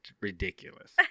ridiculous